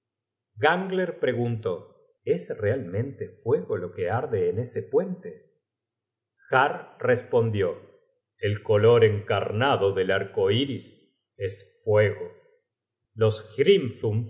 gangler preguntó es realmente fuego lo que arde en ese puente har respondió el co lor encarnado del arco iris es fuego los